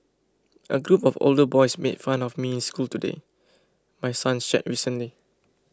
a group of older boys made fun of me in school today my son shared recently